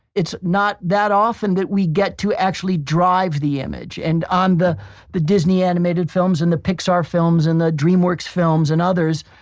it's not that often that we get to actually drive the image, and on the the disney animated films and the pixar films and the dreamworks films and others,